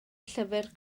llyfr